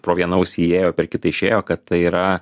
pro vieną ausį įėjo per kitą išėjo kad tai yra